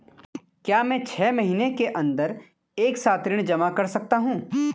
क्या मैं छः महीने के अन्दर एक साथ ऋण जमा कर सकता हूँ?